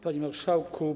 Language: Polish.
Panie Marszałku!